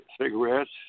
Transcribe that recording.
cigarettes